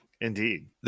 indeed